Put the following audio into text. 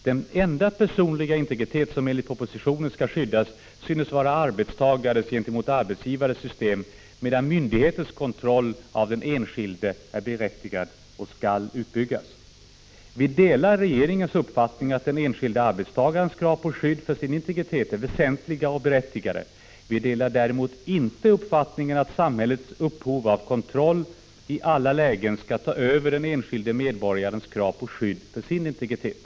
Den enda personliga integritet som enligt propositionen skall skyddas synes vara arbetstagares integritet gentemot arbetsgivares system, medan myndigheters kontroll av den enskilde är berättigad och skall utbyggas. Vi delar regeringens uppfattning att den enskilde arbetstagarens krav på skydd för sin integritet är väsentliga och berättigade. Vi delar däremot inte uppfattningen att samhällets behov av kontroll i alla lägen skall Prot. 1985/86:53 ta över den enskilde medborgarens krav på skydd för sin integritet.